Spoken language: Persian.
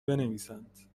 بنویسند